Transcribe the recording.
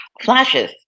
flashes